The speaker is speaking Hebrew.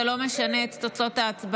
זה לא משנה את תוצאות ההצבעה.